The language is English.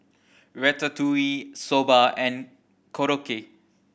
Ratatouille Soba and Korokke